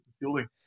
building